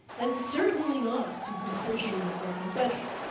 and certainly not to contrition or confession.